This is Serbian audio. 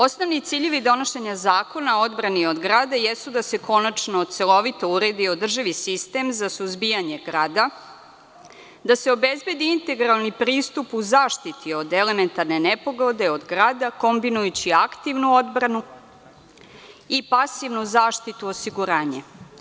Osnovni ciljevi donošenja zakona o odbrani od grada jesu da se konačno celovito uredi održivi sistem za suzbijanje grada, da se obezbedi integralni pristup u zaštiti od elementarne nepogode, od grada, kombinujući aktivnu odbranu i pasivnu zaštitu – osiguranje.